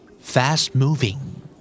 Fast-moving